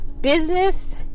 business